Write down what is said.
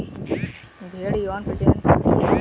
भेड़ यौन प्रजनन करती है